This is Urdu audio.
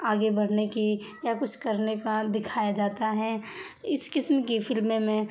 آگے بڑھنے کی یا کچھ کرنے کا دکھایا جاتا ہے اس قسم کی فلمیں میں